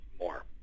more